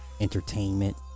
entertainment